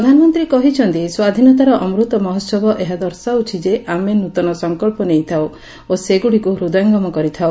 ପ୍ରଧାନମନ୍ତୀ କହିଛନ୍ତି ସ୍ୱାଧୀନତାର 'ଅମୃତ ମହୋହବ' ଏହା ଦର୍ଶାଉଛି ଯେ ଆମେ ନୂତନ ସଙ୍ଙ୍ଚ୍ଚ ନେଇଥାଉ ଓ ସେଗୁଡ଼ିକୁ ହୃଦୟଙ୍ଗମ କରିଥାଉ